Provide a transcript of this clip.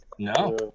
No